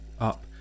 up